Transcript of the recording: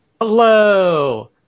Hello